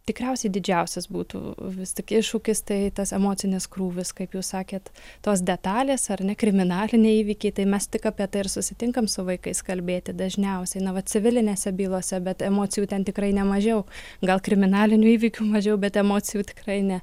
tikriausiai didžiausias būtų vis tik iššūkis tai tas emocinis krūvis kaip jūs sakėt tos detalės ar ne kriminaliniai įvykiai tai mes tik apie tai ir susitinkam su vaikais kalbėti dažniausiai na va civilinėse bylose bet emocijų ten tikrai nemažiau gal kriminalinių įvykių mažiau bet emocijų tikrai ne